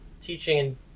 teaching